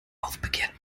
aufbegehrt